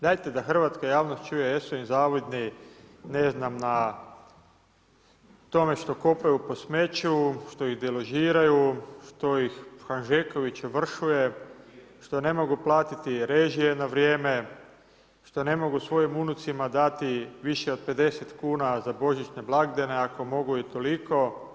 Dajte da hrvatska javnost čuje jesu li im zavidni, ne znam, na tome, što kopaju po smeću, što ih deložiraju, što ih Hanžeković ovršuje, što ne mogu platiti režije na vrijeme, što ne mogu svojim unucima dati više od 50 kn za božićne blagdane ako mogu i toliko.